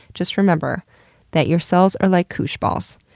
just remember that your cells are like koosh balls.